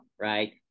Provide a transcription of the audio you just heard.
right